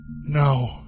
No